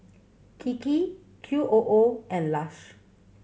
Kiki Q O O and Lush